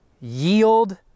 yield